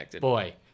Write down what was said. Boy